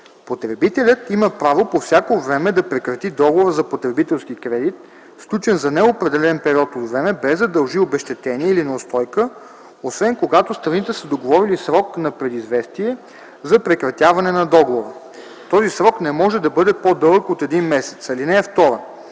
Потребителят има право по всяко време да прекрати договора за потребителски кредит, сключен за неопределен период от време, без да дължи обезщетение или неустойка, освен когато страните са договорили срок на предизвестие за прекратяване на договора. Този срок не може да бъде по-дълъг от един месец. (2) Ако